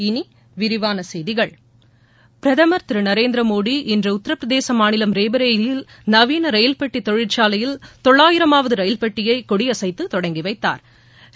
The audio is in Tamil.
இனி விரிவான செய்திகள் பிரதம் திரு நரேந்திர மோடி இன்று உத்தரப்பிரதேச மாநிலம் ரேபரேலியில் நவீன ரயில்பெட்டி தொழிற்சாலையில் தொள்ளாயிரமாவது ரயில்பெட்டியை கொடியசைத்து துவக்கி வைத்தாா்